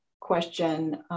question